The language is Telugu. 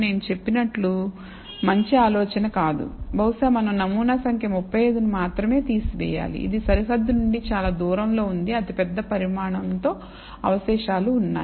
నేను చెప్పినట్లు మంచి ఆలోచన కాదు బహుశా మనం నమూనా సంఖ్య 35 ను మాత్రమే తీసివేయాలి ఇది సరిహద్దు నుండి చాలా దూరంలో ఉంది అతిపెద్ద పరిమాణంతో అవశేషాలు ఉన్నాయి